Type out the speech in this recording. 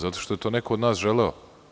Zato što je to neko od nas želeo?